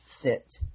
fit